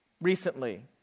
recently